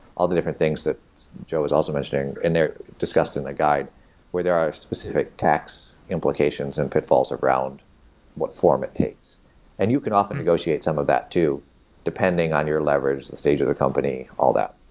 all the different things that joe is also mentioning, and they're discussed in the guide where there are specific tax implications and pitfalls around what form it takes and you could often negotiate some of that too depending on your leverage, the stage of the company, all that.